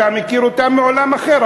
אתה מכיר אותם מעולם אחר,